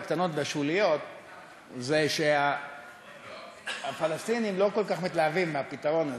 הקטנות והשוליות הן שהפלסטינים לא כל כך מתלהבים מהפתרון הזה,